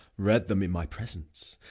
read them in my presence,